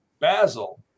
Basil